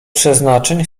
przeznaczeń